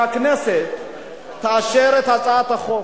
שהכנסת תאשר את הצעת החוק.